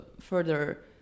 further